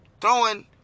Throwing